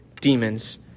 demons